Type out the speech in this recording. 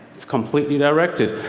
it's completely directed.